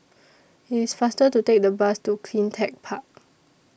IT IS faster to Take The Bus to CleanTech Park